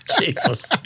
Jesus